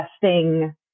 testing